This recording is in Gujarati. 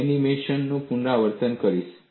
હું એનિમેશનનું પુનરાવર્તન કરીશ